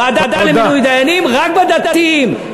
ועדה למינוי דיינים, רק בדתיים.